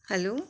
hello